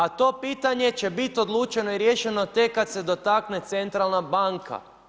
A to pitanje će biti odlučeno i riješeno tek kad se dotakne centralna banka.